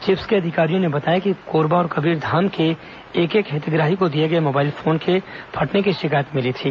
chips के अधिकारियों ने बताया कि कोरबा और कबीरधाम के एक एक हितग्राही को दिए गए मोबाइल फोन के फटने की शिकायत मिली थी